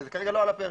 וזה כרגע לא על הפרק.